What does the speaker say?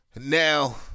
now